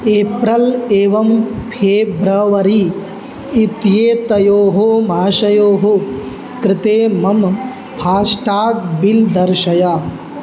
April एवं February इत्येतयोः मासयोः कृते मम फ़ाश्टाग् बिल् दर्शय